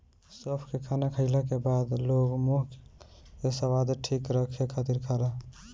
सौंफ के खाना खाईला के बाद लोग मुंह के स्वाद ठीक रखे खातिर खाला